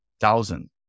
thousand